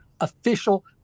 official